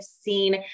seen